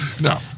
no